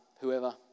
whoever